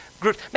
groups